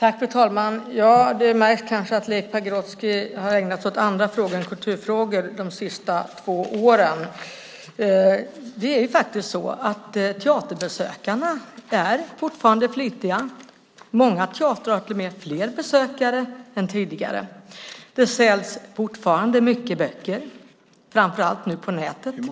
Fru talman! Det märks kanske att Leif Pagrotsky har ägnat sig åt andra frågor än kulturfrågor de senaste två åren. Teaterbesökarna är fortfarande flitiga. Många teatrar har till och mer fler besökare än tidigare. Det säljs fortfarande mycket böcker, framför allt via nätet.